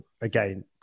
again